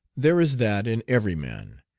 there is that in every man,